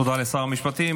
תודה לשר המשפטים.